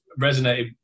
resonated